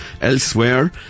Elsewhere